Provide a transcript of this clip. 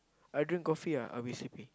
I drink coffee ah I'll be sleepy